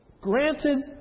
granted